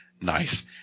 nice